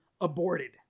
aborted